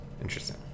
Interesting